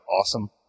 awesome